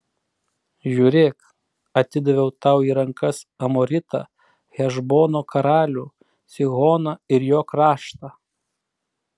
žiūrėk atidaviau tau į rankas amoritą hešbono karalių sihoną ir jo kraštą